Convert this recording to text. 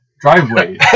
driveway